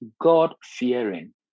God-fearing